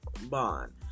bond